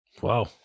Wow